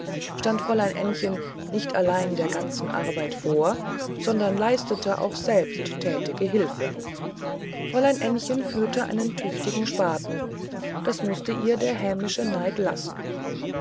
stand fräulein ännchen nicht allein der ganzen arbeit vor sondern leistete auch selbst tätige hilfe fräulein ännchen führte einen tüchtigen spaten das mußte ihr der hämische neid lassen